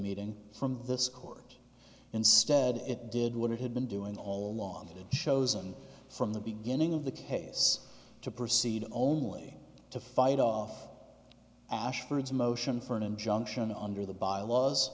meeting from this court instead it did what it had been doing all along that it shows and from the beginning of the case to proceed only to fight off ashford's a motion for an injunction under the bylaws